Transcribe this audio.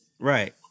Right